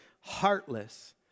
heartless